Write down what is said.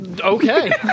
Okay